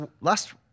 last